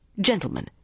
Gentlemen